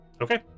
okay